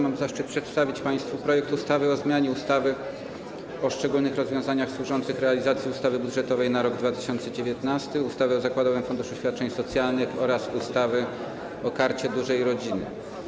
Mam zaszczyt przedstawić państwu projekt ustawy o zmianie ustawy o szczególnych rozwiązaniach służących realizacji ustawy budżetowej na rok 2019, ustawy o zakładowym funduszu świadczeń socjalnych oraz ustawy o Karcie Dużej Rodziny.